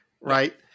right